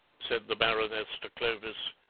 said the baroness to clovis.